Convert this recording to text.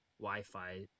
Wi-Fi